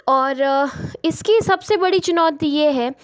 और इसकी सबसे बड़ी चुनौती ये है